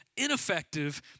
ineffective